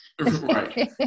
Right